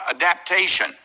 adaptation